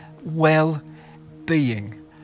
well-being